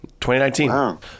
2019